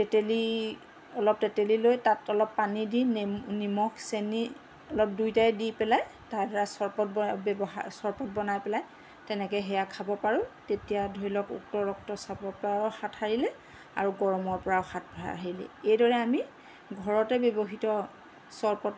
তেতেলী অলপ তেতেলী লৈ তাত অলপ পানী দি নে নিমখ চেনি অলপ দুইটাই দি পেলাই তাৰ দ্বাৰা চৰপত ব্যৱহাৰ চৰপত বনাই পেলাই তেনেকৈ সেয়া খাব পাৰোঁ তেতিয়া ধৰি লওক উক্ত ৰক্তচাপৰ পৰাও হাত সাৰিলে আৰু গৰমৰ পৰাও হাত এইদৰে আমি ঘৰতে ব্যৱহৃত চৰপত